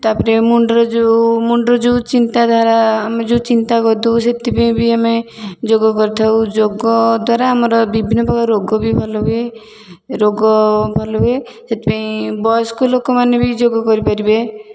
ତା'ପରେ ମୁଣ୍ଡରେ ଯେଉଁ ମୁଣ୍ଡ ଯେଉଁ ଚିନ୍ତା ଧାରା ଆମେ ଯେଉଁ ଚିନ୍ତା କରିଦେଉ ସେଥିପାଇଁ ବି ଆମେ ଯୋଗ କରିଥାଉ ଯୋଗ ଦ୍ୱାରା ଆମର ବିଭିନ୍ନ ପ୍ରକାର ରୋଗ ବି ଭଲ ହୁଏ ରୋଗ ଭଲ ହୁଏ ସେଥିପାଇଁ ବୟସ୍କ ଲୋକମାନେ ବି ଯୋଗ କରିପାରିବେ